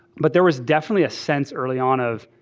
but there was definitely a sense early on of,